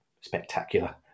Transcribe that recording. spectacular